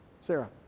Sarah